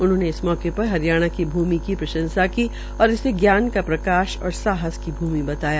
उन्होंने इस मौके पर हरियाणा की भूमि की प्रशंसा की और इसे जान का प्रकाश और साहस की भूमि बताया